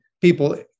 people